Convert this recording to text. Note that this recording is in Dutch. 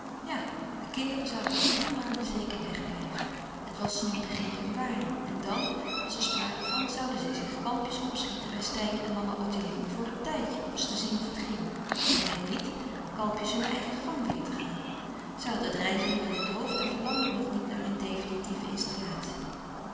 ja de kinderen zouden nog drie maanden zeker wegblijven het was nu begin januari en dàn was er sprake van zouden zij zich kalmpjes opschieten bij steyn en mama ottilie voor een tijdje om eens te zien of het ging om ging het niet kalmpjes hun eigen gang weêr te gaan zij hadden het reizen nog in het hoofd en verlangden nog niet naar een definitieve installatie